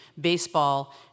baseball